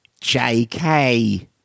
JK